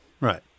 Right